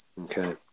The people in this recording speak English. Okay